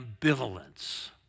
ambivalence